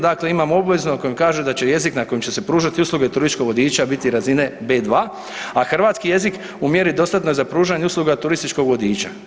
Dakle, imamo obvezno koji kaže da će jezik na kojem će se pružati usluge turističkog vodiča biti razine B2, a hrvatski jezik u mjeri dostatnoj za pružanje usluga turističkog vodiča.